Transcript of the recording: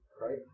right